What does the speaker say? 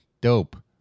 dope